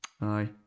Aye